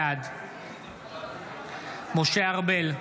בעד משה ארבל,